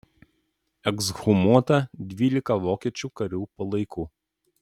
ekshumuota dvylika vokiečių karių palaikų